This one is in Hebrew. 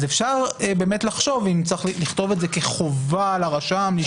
אז אפשר באמת לחשוב אם צריך לכתוב את זה כחובה על הרשם.